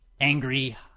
angry –